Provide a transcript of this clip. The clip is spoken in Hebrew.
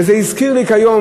וזה הזכיר לי כיום,